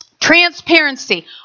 Transparency